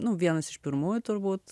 nu vienas iš pirmųjų turbūt